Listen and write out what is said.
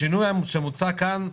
השינוי שמוצע כאן,